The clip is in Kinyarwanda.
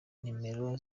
nimero